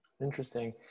Interesting